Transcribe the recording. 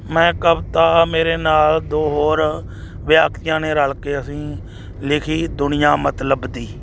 ਮੈਂ ਕਵਿਤਾ ਮੇਰੇ ਨਾਲ ਦੋ ਹੋਰ ਵਿਅਕਤੀਆਂ ਨੇ ਰਲ ਕੇ ਅਸੀਂ ਲਿਖੀ ਦੁਨੀਆਂ ਮਤਲਬ ਦੀ